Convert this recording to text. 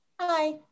Hi